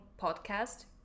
podcast